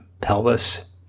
pelvis